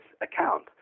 account